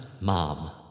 Mom